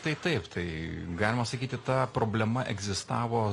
tai taip tai galima sakyti ta problema egzistavo